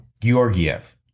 Georgiev